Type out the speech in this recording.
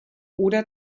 oder